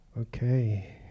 Okay